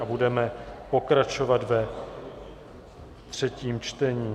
Budeme pokračovat ve třetím čtení.